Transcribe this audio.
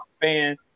fan